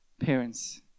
parents